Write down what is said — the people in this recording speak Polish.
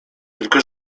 tylko